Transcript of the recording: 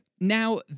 Now